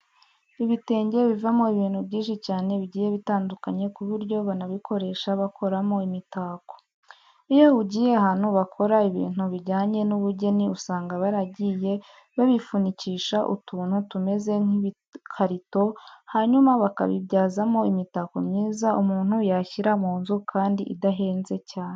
Ibitenge bivamo ibintu byinshi cyane bigiye bitandukanye ku buryo banabikoresha bakoramo imitako. Iyo ugiye ahantu bakora ibintu bijyanye n'ubugeni usanga baragiye babifunikisha utuntu tumeze nk'ibikarito, hanyuma bakabibyazamo imitako myiza umuntu yashyira mu nzu kandi idahenze cyane.